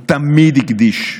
הוא תמיד הקדיש,